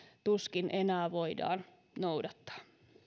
tuskin enää voidaan noudattaa